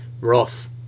rough